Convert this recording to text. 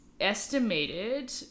estimated